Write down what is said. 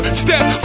step